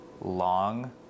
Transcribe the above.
long